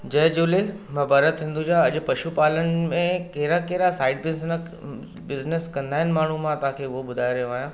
जय झूले मां भरत हिंदुजा अॼु पशु पालन में कहिड़ा कहिड़ा साइड बिजनक बिज़नेस कंदा आहिनि माण्हू मां तव्हांखे उहो ॿुधाइ रहियो आहियां